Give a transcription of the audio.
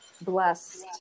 blessed